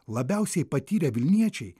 labiausiai patyrę vilniečiai